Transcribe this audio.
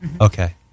okay